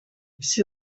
все